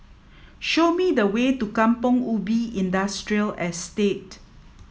show me the way to Kampong Ubi Industrial Estate